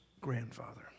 grandfather